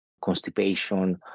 constipation